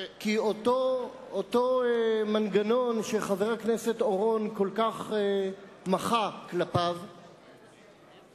כי אותו מנגנון שחבר הכנסת אורון כל כך מחה כלפיו הופך